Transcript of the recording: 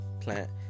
plant